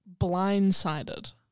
Blindsided